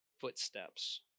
footsteps